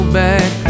back